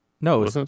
no